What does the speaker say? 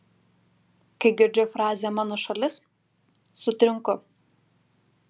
kai girdžiu frazę mano šalis sutrinku